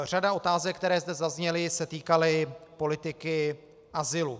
Řada otázek, které zde zazněly, se týkaly politiky azylu.